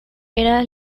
era